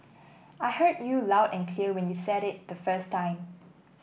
I heard you loud and clear when you said it the first time